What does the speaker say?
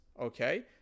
Okay